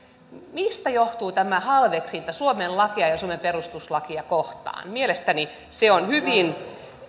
mistä johtuu tämä halveksinta suomen lakia ja suomen perustuslakia kohtaan mielestäni se on hyvin